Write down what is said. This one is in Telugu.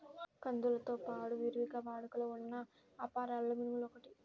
కందులతో పాడు విరివిగా వాడుకలో ఉన్న అపరాలలో మినుములు ఒకటి